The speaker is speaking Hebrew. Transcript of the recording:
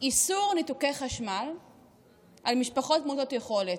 איסור ניתוקי חשמל למשפחות מעוטות יכולת,